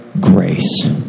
grace